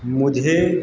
मुझे